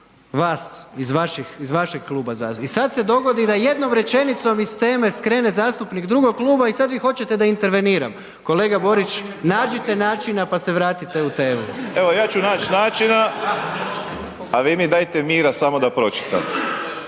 vas iz vašeg kluba zastupnika, i sad se dogodi da jednom rečenicom iz teme skrene zastupnik drugog kluba i sad vi hoćete da interveniram. Kolega Borić nađite načina pa se vratite u temu. **Borić, Josip (HDZ)** Evo, ja ću naći načina, a vi mi dajte mira samo da pročitam,